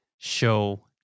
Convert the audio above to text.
show